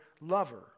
lover